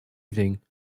evening